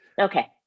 Okay